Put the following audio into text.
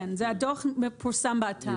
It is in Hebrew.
כן, הדוח מפורסם באתר.